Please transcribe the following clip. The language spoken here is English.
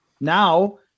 Now